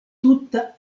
tuta